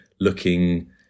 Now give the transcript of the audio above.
looking